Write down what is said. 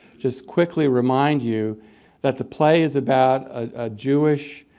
just quickly remind you that the play is about a jewish